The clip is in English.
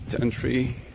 entry